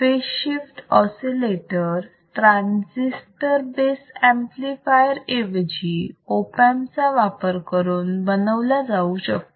phase shift oscillator transistor base amplifier ऐवजी op amp चा वापर करून बनवला जाऊ शकतो